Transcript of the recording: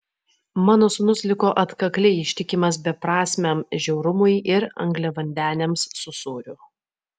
mano sūnus liko atkakliai ištikimas beprasmiam žiaurumui ir angliavandeniams su sūriu